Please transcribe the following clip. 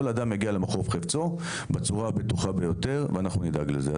כל אדם מגיע למחוז חפצו בצורה הבטוחה ביותר ואנחנו נדאג לזה.